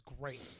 great